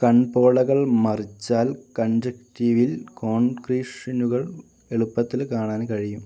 കൺപോളകൾ മറിച്ചാൽ കൺജെക്റ്റീവിൽ കോൺക്രീഷുനുകൾ എളുപ്പത്തിൽ കാണാൻ കഴിയും